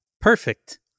perfect